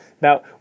Now